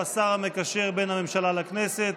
המקשר בין הממשלה לכנסת,